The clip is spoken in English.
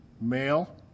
Male